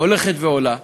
הולכת ועולה.